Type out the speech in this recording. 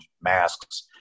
masks